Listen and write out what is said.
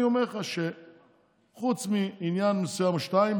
אני אומר לך שחוץ מעניין מסוים או שניים,